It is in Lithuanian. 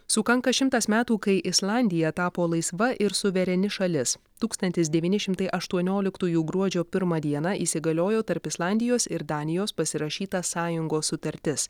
sukanka šimtas metų kai islandija tapo laisva ir suvereni šalis tūkstantis devyni šimtai aštuonioliktųjų gruodžio pirmą dieną įsigaliojo tarp islandijos ir danijos pasirašyta sąjungos sutartis